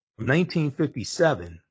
1957